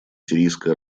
сирийской